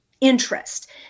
interest